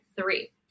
three